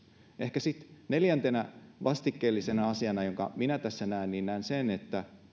ehkä sitten neljäntenä vastikkeellisena asiana jonka minä tässä näen näen sen että